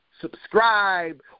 subscribe